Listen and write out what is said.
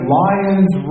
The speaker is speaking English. lions